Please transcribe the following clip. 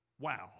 Wow